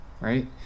right